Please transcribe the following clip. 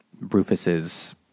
Rufus's